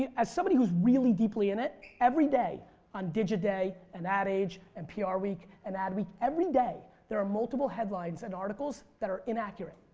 as somebody who's really deeply in it. every day on digiday and adage and pr week and adweek every day there are multiple headlines and articles that are inaccurate